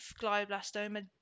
glioblastoma